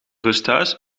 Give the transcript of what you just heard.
rusthuis